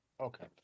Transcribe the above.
Okay